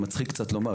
מצחיק קצת לומר,